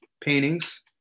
paintings